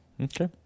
Okay